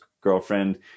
girlfriend